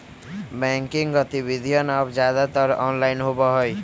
banking गतिविधियन अब ज्यादातर ऑनलाइन होबा हई